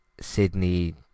sydney